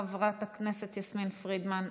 חברת הכנסת יסמין פרידמן,